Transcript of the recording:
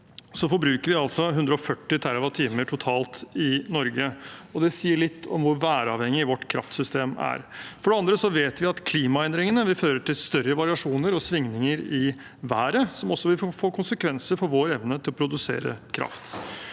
forbruker vi 140 TWh totalt i Norge. Det sier litt om hvor væravhengig vårt kraftsystem er. For det andre vet vi at klimaendringene vil føre til større variasjoner og svingninger i været, som også vil få konsekvenser for vår evne til å produsere kraft.